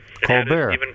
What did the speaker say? Colbert